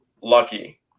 lucky